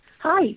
Hi